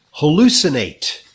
hallucinate